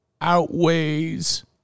outweighs